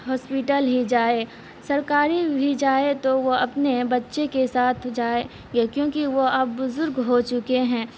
hospital ہی جائے سرکاری بھی جائے تو وہ اپنے بچے کے ساتھ جائے یہ کیونکہ وہ اب بزرگ ہو چکے ہیں